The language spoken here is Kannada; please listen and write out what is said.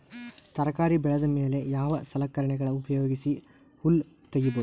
ತರಕಾರಿ ಬೆಳದ ಮೇಲೆ ಯಾವ ಸಲಕರಣೆಗಳ ಉಪಯೋಗಿಸಿ ಹುಲ್ಲ ತಗಿಬಹುದು?